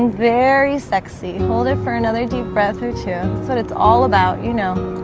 very sexy hold it for another deep breath you chew, so it's all about you know